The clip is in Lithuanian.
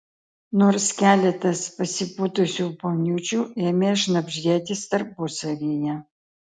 nors keletas pasipūtusių poniučių ėmė šnabždėtis tarpusavyje